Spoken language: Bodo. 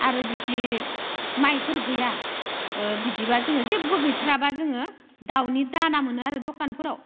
आरो जुदि माइफोर गैया बिदिबा जोङो जेबो गैथ्राबा जोङो दाउनि दाना मोनो आरो दखानफोराव